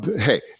hey